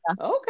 Okay